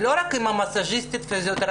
לא רק עם המסז'יסטית והפיזיותרפיסטית.